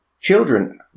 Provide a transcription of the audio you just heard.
children